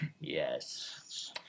Yes